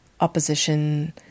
opposition